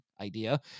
idea